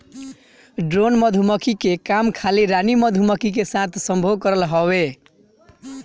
drone मधुमक्खी के काम खाली रानी मधुमक्खी के साथे संभोग करल हवे